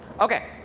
ok.